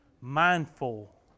mindful